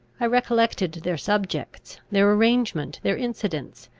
i recollected their subjects, their arrangement, their incidents,